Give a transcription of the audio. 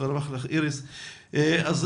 נשמע את